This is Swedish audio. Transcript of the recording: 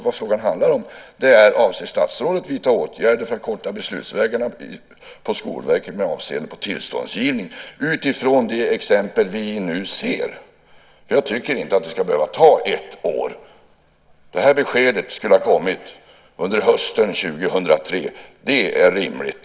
Vad man har frågat är: Avser statsrådet att vidta åtgärder för att korta beslutsvägarna på Skolverket med avseende på tillståndsgivning utifrån det exempel vi nu ser? Jag tycker inte att det ska behöva ta ett år. Det här beskedet skulle ha kommit under hösten 2003. Det är rimligt.